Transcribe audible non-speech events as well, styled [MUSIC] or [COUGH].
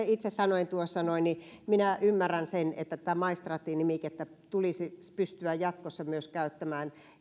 [UNINTELLIGIBLE] itse sanoin tuossa noin niin minä ymmärrän sen että tätä maistraatti nimikettä tulisi pystyä myös jatkossa käyttämään